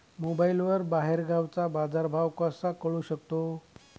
मोबाईलवर बाहेरगावचा बाजारभाव कसा कळू शकतो?